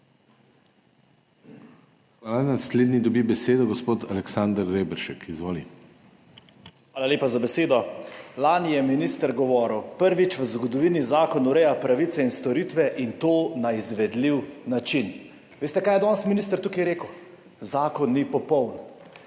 Hvala. Naslednji dobi besedo gospod Aleksander Reberšek, izvoli. **ALEKSANDER REBERŠEK (PS NSi):** Hvala lepa za besedo. Lani je minister govoril, prvič v zgodovini zakon ureja pravice in storitve in to na izvedljiv način. Veste kaj je danes minister tukaj rekel? Zakon ni popoln.